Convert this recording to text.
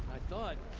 i thought.